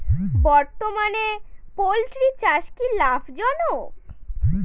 বর্তমানে পোলট্রি চাষ কি লাভজনক?